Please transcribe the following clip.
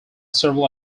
several